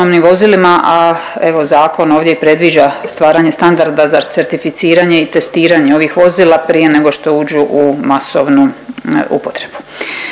zakon ovdje i predviđa stvaranje standarda za certificiranje i testiranje ovih vozila prije nego što uđu u masovnu upotrebu.